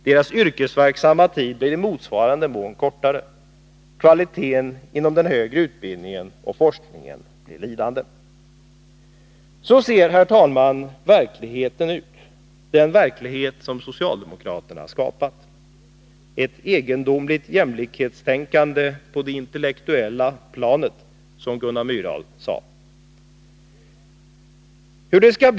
Deras yrkesverksamma tid blir i motsvarande mån kortare. Kvaliteten på den högre utbildningen och forskningen blir lidande. Så ser, herr talman, den verklighet ut som socialdemokraterna har skapat — ett egendomligt jämlikhetstänkande på det intellektuella planet, som Gunnar Myrdal har sagt.